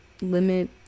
limit